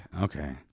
Okay